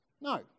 No